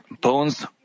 bones